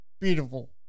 beautiful